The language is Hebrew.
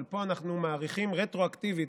אבל פה אנחנו מאריכים רטרואקטיבית,